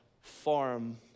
farm